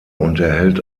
unterhält